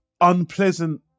unpleasant